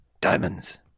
diamonds